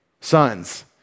Sons